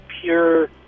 pure